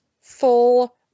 full